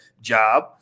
job